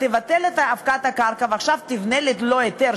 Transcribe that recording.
תבטל את הפקעת הקרקע ועכשיו תבנה שם ללא היתר?